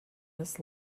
this